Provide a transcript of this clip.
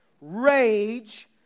rage